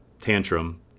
tantrum